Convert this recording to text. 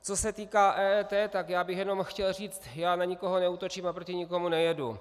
Co se týká EET, tak já bych jenom chtěl říct, já na nikoho neútočím a proti nikomu nejedu.